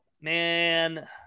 Man